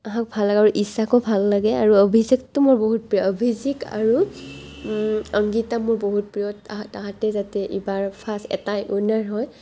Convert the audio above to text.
তাহাঁক ভাল লাগে আৰু ইছাকো ভাল লাগে আৰু অভিষেকটো মোৰ বহুত প্ৰিয় অভিজিক আৰু অংগীতা মোৰ বহুত প্ৰিয় তাহাঁতে যাতে ইবাৰ ফাৰ্ষ্ট এটাই ৱিনাৰ হয়